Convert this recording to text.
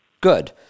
Good